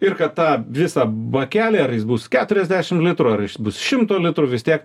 ir kad tą visą bakelį ar jis bus keturiasdešimt litrų ar bus šimto litrų vis tiek